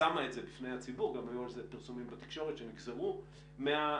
ניהולי שאלמלא דוח המבקר לא היה צף במלוא עוצמתו כמו הדוח